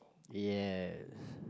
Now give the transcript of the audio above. yes